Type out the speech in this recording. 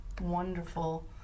wonderful